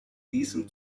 diesem